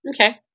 Okay